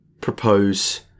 propose